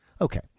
Okay